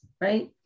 right